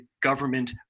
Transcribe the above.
government